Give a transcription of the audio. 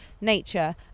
nature